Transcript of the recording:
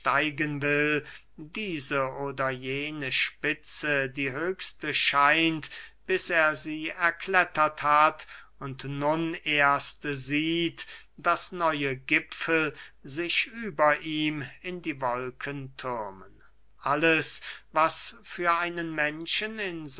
diese oder jene spitze die höchste scheint bis er sie erklettert hat und nun erst sieht daß neue gipfel sich über ihm in die wolken thürmen alles was für einen menschen in